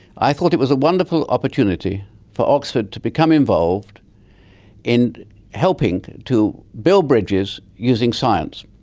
i thought it was a wonderful opportunity for oxford to become involved in helping to build bridges using science.